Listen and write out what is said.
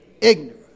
ignorant